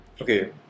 Okay